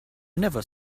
never